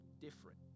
different